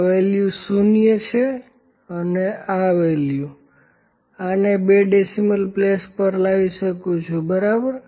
આ વેલ્યુ 0 છે અને આ વેલ્યુ હું આને બે ડેસિમલ પ્લેસ પર લાવી શકું છું બરાબર